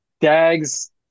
Dags